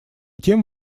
тем